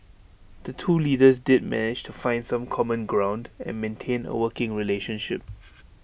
the two leaders did manage to find some common ground and maintain A working relationship